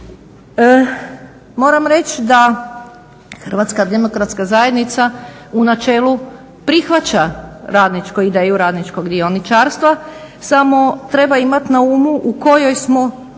Moram reći da Hrvatska demokratska zajednica u načelu prihvaća ideju radničkog dioničarstva samo treba imati na umu u kojoj smo